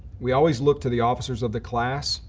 we always look to the officers of the class,